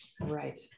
Right